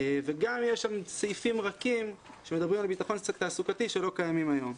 וגם יש שם סעיפים רכים שמדברים על ביטחון תעסוקתי שלא קיימים היום.